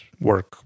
work